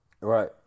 right